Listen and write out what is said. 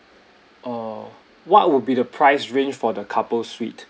uh what would be the price range for the couple suite